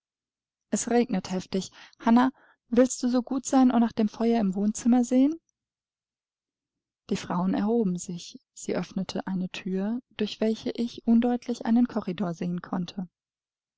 es regnet heftig hannah willst du so gut sein und nach dem feuer im wohnzimmer sehen die frauen erhoben sich sie öffnete eine thür durch welche ich undeutlich einen korridor sehen konnte